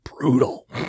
Brutal